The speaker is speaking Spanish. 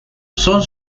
son